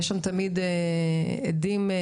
יש שם תמיד עדים רציניים מאוד.